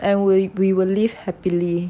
and will we will live happily